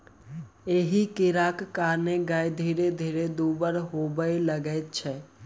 एहि कीड़ाक कारणेँ गाय धीरे धीरे दुब्बर होबय लगैत छै